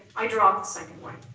i draw the second way,